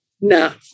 No